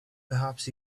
perhaps